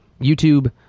YouTube